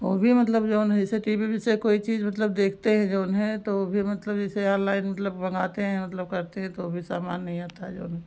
वह भी मतलब जो है जैसे टी बी ओबी से कोई चीज़ मतलब देखते हैं जो है तो वह भी मतलब जैसे ऑनलाइन मतलब मँगाते हैं मतलब करते हैं तो भी सामान नहीं आता है जो है